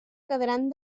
quedaran